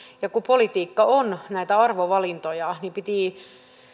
ja kun politiikka on näitä arvovalintoja niin piti